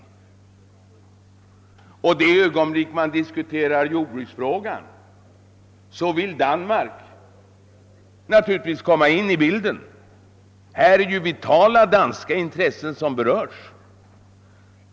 I det ögonblick man börjar diskutera jordbruksfrågan vill naturligtvis Danmark komma med, eftersom vitala danska intressen berörs.